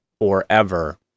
forever